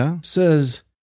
says